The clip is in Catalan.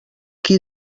qui